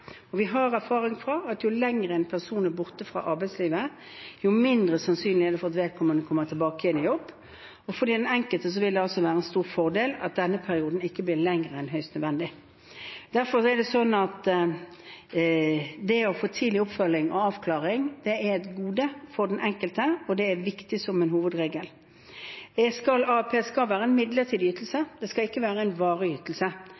vi nå snu på. Vi har erfaring for at jo lenger en person er borte fra arbeidslivet, jo mindre sannsynlig er det at vedkommende kommer tilbake igjen i jobb. For den enkelte vil det være en stor fordel at denne perioden ikke blir lenger enn høyst nødvendig. Derfor er det å få tidlig oppfølging og avklaring et gode for den enkelte, og det er viktig som en hovedregel. AAP skal være en midlertidig ytelse. Det skal ikke være en varig ytelse.